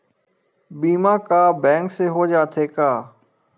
बीमा का बैंक से भी हो जाथे का?